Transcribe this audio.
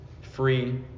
free